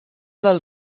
del